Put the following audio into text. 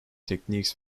techniques